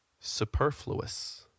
superfluous